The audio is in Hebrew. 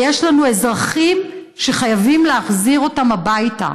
ויש לנו אזרחים שחייבים להחזיר אותם הביתה.